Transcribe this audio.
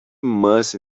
must